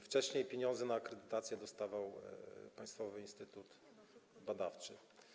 Wcześniej pieniądze na akredytację dostawał państwowy instytut badawczy.